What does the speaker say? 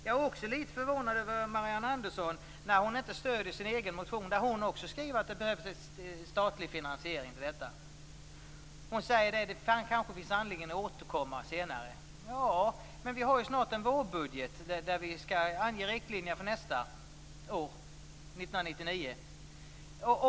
Jag är också litet förvånad över att Marianne Andersson inte stöder sin egen motion, där hon skriver att en statlig finansiering behövs. Hon säger nu att det kanske finns anledning att återkomma senare. Men vi har ju snart en vårbudget där riktlinjerna för nästa år, 1999, skall anges.